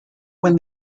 when